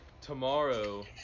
tomorrow